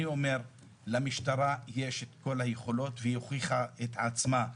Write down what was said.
אני אומר שלמשטרה יש כל היכולות והיא הוכיחה את עצמה.